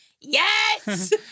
Yes